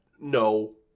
no